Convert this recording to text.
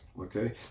Okay